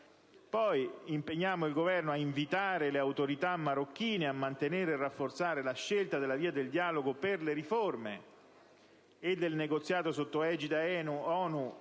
si impegna il Governo «a invitare le autorità marocchine a mantenere e rafforzare la scelta della via del dialogo per le riforme e del negoziato sotto egida ONU